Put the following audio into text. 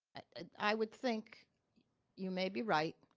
i would think you may be right,